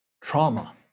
trauma